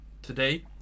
today